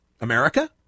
America